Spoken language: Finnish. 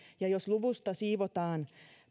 ja jos luvusta siivotaan